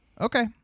Okay